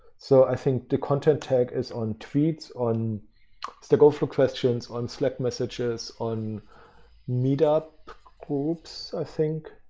so i think the content tag is on tweets, on stackoverflow questions, on slack messages, on meet up groups i think.